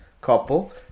couple